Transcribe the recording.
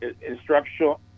instructional